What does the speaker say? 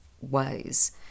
ways